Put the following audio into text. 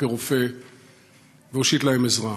כרופא והושיט להם עזרה.